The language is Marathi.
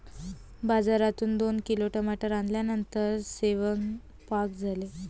बाजारातून दोन किलो टमाटर आणल्यानंतर सेवन्पाक झाले